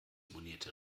monierte